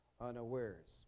unawares